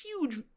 huge